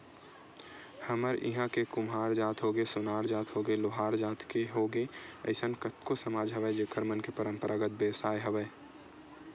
हमर इहाँ के कुम्हार जात होगे, सोनार जात होगे, लोहार जात के होगे अइसन कतको समाज हवय जेखर मन के पंरापरागत बेवसाय हवय